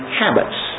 habits